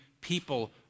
people